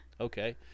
Okay